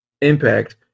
Impact